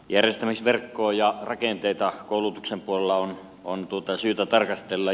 järjestämisverkkoa ja rakenteita koulutuksen puolella on syytä tarkastella